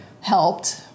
helped